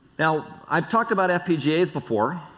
now, i have talked about fpga before,